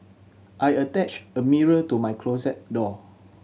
I attached a mirror to my closet door